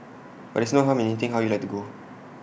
but there's no harm in hinting how you'd like to go